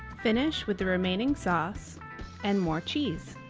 finish with the remaining sauce and more cheese.